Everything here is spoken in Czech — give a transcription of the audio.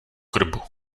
krbu